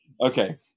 Okay